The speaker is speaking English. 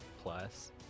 plus